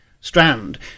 strand